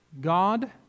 God